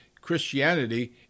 Christianity